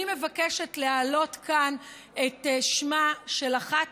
אני מבקשת להעלות כאן את שמה של אחת